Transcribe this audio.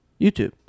YouTube